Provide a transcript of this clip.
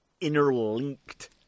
interlinked